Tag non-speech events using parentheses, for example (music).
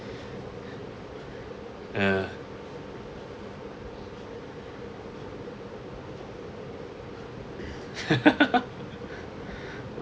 eh (laughs)